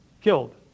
killed